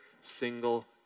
single